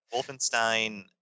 Wolfenstein